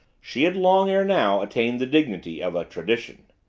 she had long ere now attained the dignity of a tradition.